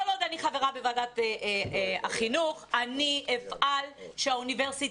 כל עוד אני חברה בוועדת החינוך אני אפעל שהאוניברסיטה